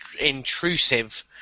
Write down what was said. intrusive